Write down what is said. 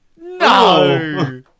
No